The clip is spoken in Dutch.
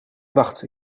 wacht